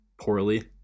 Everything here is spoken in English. poorly